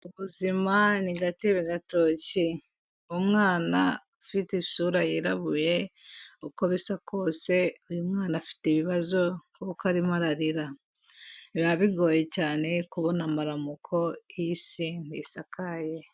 Ubuzima ni gatebe gatoki, umwana ufite isura yirabuye, uko bisa kose uyu mwana afite ibibazo kuko arimo ararira, biba bigoye cyane kubona amaramuko iyi si ntisakaye.